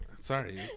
Sorry